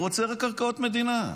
הוא רוצה רק קרקעות מדינה.